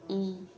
mm